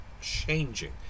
changing